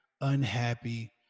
unhappy